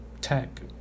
tech